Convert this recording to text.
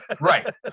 right